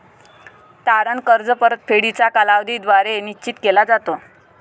तारण कर्ज परतफेडीचा कालावधी द्वारे निश्चित केला जातो